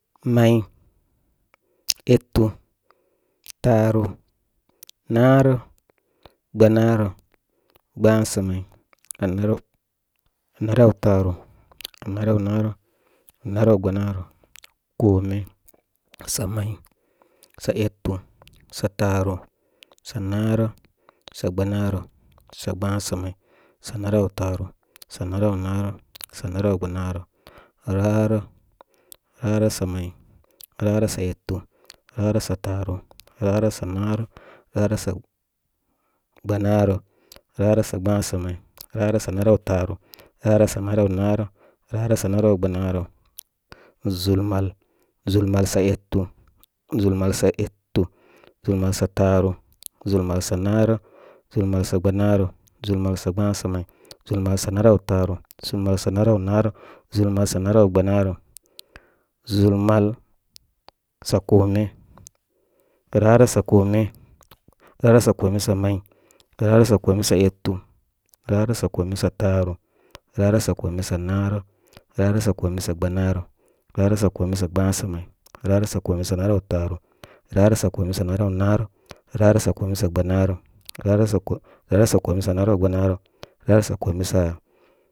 May, etu, taaru, naarək gbamaarə, gbasa may, amarawtaaru, amaraw naarək, anaraw gbanaarə, kome. Sa may, sa etu, sa taaru, sa naarək sa gbananə, sa gbasa may, sanaraw taaru, sa narawnaarək, ɛa naraw gbanarə. Rarək. Ra rək sa may, rarək sa etu, rarək sa taaru, rarəksa naarək, rarək sa gbanarə, arək sa gbasamay, rarəksa narawtaaru, rarək sa naraw naarək, rarək sa naraw-gbananrə, ʒul mal. Zul mal sa etu-ʒul mal sa etu, ʒul mal sa taaru, ʒul mal sa naarək, ʒul mal so gbamaarə ʒul mal sa gba sa may, ʒul mal sa naraw taaru, ʒul mal sa naraw naarək, ʒul mal naraww gbanaarə ʒul mal sa kome. Rarək sa kome, rarək sa kome sa may, rarək sa kome sa etu, rarək sa kome sa taaru, rarək sa kome sa naarək rarək sa kome sa gbanrə, rarək sa kome sa gba samay, rarək sa kome sa naraw taaru, rarək sa kome sa naraw naarək rarək sa kome sa gbanaarə. Rarək sa kome, rarə sa kome sa nara w gbanaarə, rarək sa kome sa.